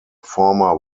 former